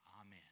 amen